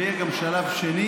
ויהיה גם שלב שני.